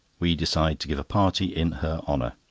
we decide to give a party in her honour.